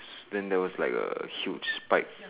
then there was like a huge spike